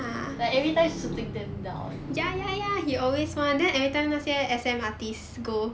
like everytime shooting them down